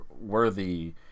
worthy